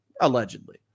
allegedly